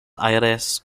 aires